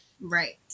Right